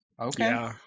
Okay